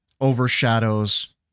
overshadows